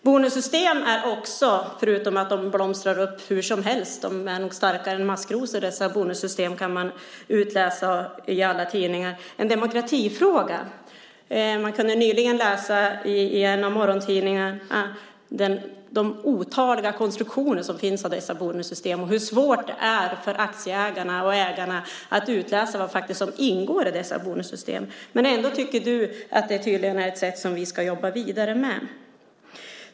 Bonussystem är också - förutom att bonussystem blomstrar upp var som helst, de är starkare än maskrosor går det att utläsa i alla tidningar - en demokratifråga. Vi kunde nyligen läsa i en av morgontidningarna de otaliga konstruktioner som finns av dessa bonussystem och hur svårt det är för aktieägarna och ägarna att utläsa vad som faktiskt ingår i dessa bonussystem. Ändå tycker tydligen du att det är ett sätt vi ska jobba vidare med.